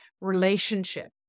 relationship